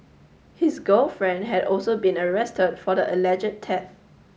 his girlfriend had also been arrested for the alleged theft